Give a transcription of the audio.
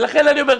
לכן אני אומר,